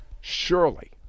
Surely